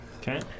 Okay